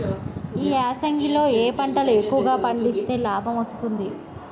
ఈ యాసంగి లో ఏ పంటలు ఎక్కువగా పండిస్తే లాభం వస్తుంది?